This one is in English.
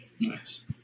Nice